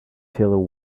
till